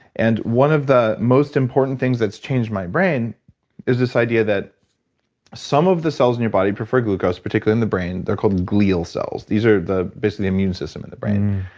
and one of the most important things that's changed my brain is this idea that some of the cells in your body prefer glucose, particularly in the brain, they're called glial cells. these are the, basically the immune system in the brain.